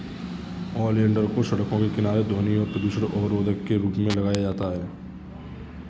oleander को सड़कों के किनारे ध्वनि और प्रदूषण अवरोधक के रूप में लगाया जाता है